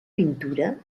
pintura